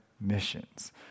missions